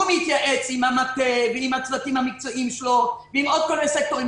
הוא מתייעץ עם המטה ועם הצוותים המקצועיים שלו ועם עוד כל מיני סקטורים,